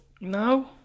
No